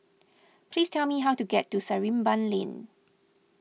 please tell me how to get to Sarimbun Lane